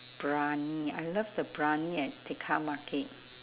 briyani I love the briyani at tekka market